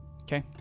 Okay